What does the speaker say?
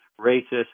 racist